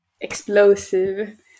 explosive